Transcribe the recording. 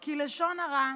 כי לשון הרע